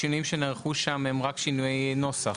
השינויים שנערכו שם הם רק שינויי נוסח,